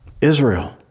Israel